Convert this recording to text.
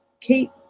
keep